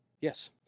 Yes